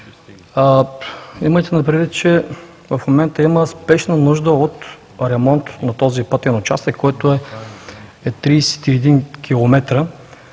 Имайте предвид, че в момента има спешна нужда от ремонт на този пътен участък, който е 31 км,